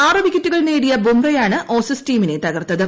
ആറ് വിക്കറ്റുകൾ നേടിയ ബുംറയാണ് ഓസീസ് ടീമിനെ തകർത്തത്